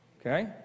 okay